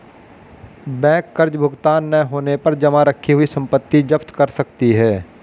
bank कर्ज भुगतान न होने पर जमा रखी हुई संपत्ति जप्त कर सकती है